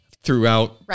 throughout